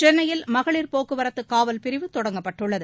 சென்னையில் மகளிர் போக்குவரத்து காவல்பிரிவு தொடங்கப்பட்டுள்ளது